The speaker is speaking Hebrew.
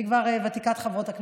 אני כבר ותיקת חברות הכנסת,